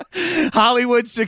Hollywood